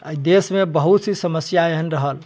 एहि देश मे बहुत सी समस्या एहन रहल